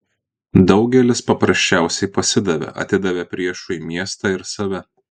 daugelis paprasčiausiai pasidavė atidavė priešui miestą ir save